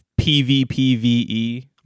pvpve